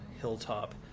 hilltop